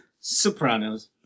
Sopranos